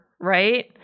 right